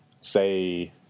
say